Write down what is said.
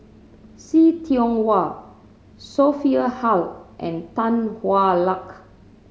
See Tiong Wah Sophia Hull and Tan Hwa Luck